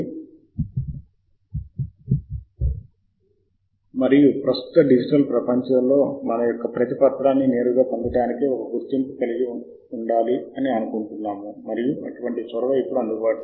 మీరు ఇక్కడ కుడి వైపున ఉన్న ఫీల్డ్ రకాన్ని మార్చవచ్చు ఈ బటన్ పై క్లిక్ చేయండి దీన్ని టాపిక్ నుండి రచయిత పేరు లేదా ఇయర్ ఆఫ్ పబ్లికేషన్ మొదలైన వాటికి మార్చండి